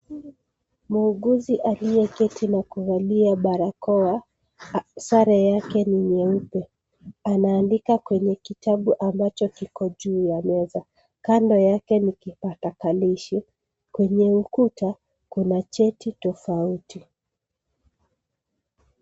Muuguzi aliyeketi na kuvalia barakoa, sare yake ni nyeupe, anaandika kwenye kitabu ambacho kiko juu ya meza kando yake ni kipakatalishi, kwenye ukuta kuna cheti tofauti.